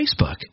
Facebook